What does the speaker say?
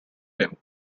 him